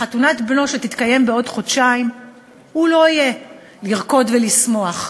בחתונת בנו שתתקיים בעוד חודשיים הוא לא יהיה לרקוד ולשמוח,